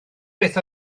beth